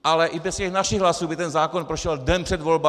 Ale i bez těch našich hlasů by ten zákon prošel den před volbami.